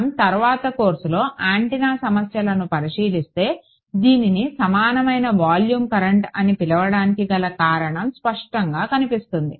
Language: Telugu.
మనం తర్వాత కోర్సులో యాంటెన్నా సమస్యలను పరిశీలిస్తే దీనిని సమానమైన వాల్యూమ్ కరెంట్ అని పిలవడానికి గల కారణం స్పష్టంగా కనిపిస్తుంది